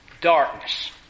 darkness